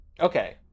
Okay